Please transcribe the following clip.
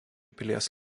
pilies